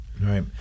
Right